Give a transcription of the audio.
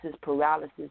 paralysis